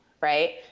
right